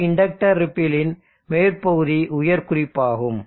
இந்த இண்டக்டர் ரிப்பிலின் மேற்பகுதி உயர் குறிப்பு ஆகும்